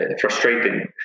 frustrating